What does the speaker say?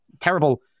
terrible